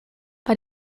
war